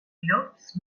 llops